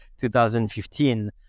2015